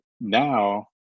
now